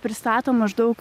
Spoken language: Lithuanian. pristato maždaug